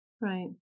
Right